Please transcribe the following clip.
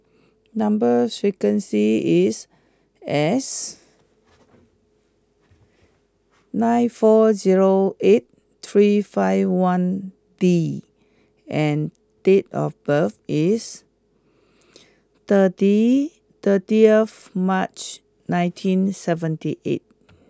number sequence is S nine four zero eight three five one D and date of birth is thirty thirtieth March nineteen seventy eight